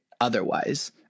otherwise